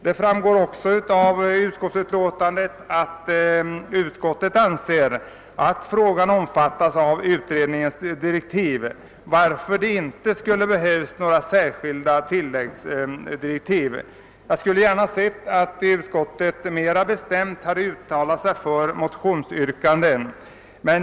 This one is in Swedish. Det framgår också av utskottsutlåtandet att utskottet anser att frågan omfattas av utredningens direktiv, varför det inte skulle behövas några särskilda tilläggsdirektiv. Jag skulle gärna ha sett att utskottet mera bestämt hade uttalat sig för motionsyrkandet.